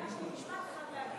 יש לי משפט אחד להגיד.